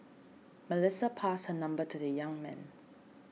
Melissa passed her number to the young man